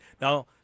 Now